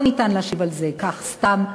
לא ניתן להשיב על זה כך סתם.